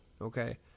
okay